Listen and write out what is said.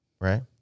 Right